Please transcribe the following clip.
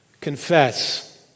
confess